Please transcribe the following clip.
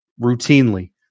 Routinely